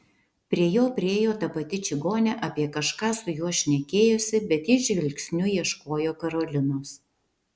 prie jo priėjo ta pati čigonė apie kažką su juo šnekėjosi bet jis žvilgsniu ieškojo karolinos